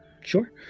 Sure